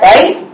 Right